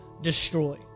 destroy